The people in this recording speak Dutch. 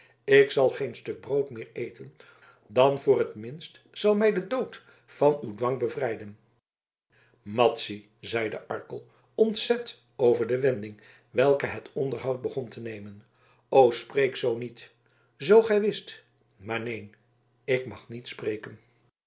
ik zal geen stuk brood meer eten dan voor t minst zal mij de dood van uw dwang bevrijden madzy zeide arkel ontzet over de wending welke het onderhoud begon te nemen o spreek zoo niet zoo gij wist maar neen ik mag niet spreken